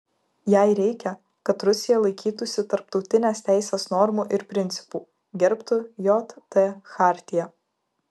jai reikia kad rusija laikytųsi tarptautinės teisės normų ir principų gerbtų jt chartiją